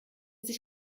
sich